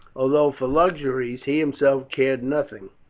although for luxuries he himself cared nothing,